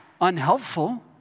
unhelpful